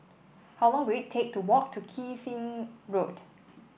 how long will it take to walk to Kee Seng Road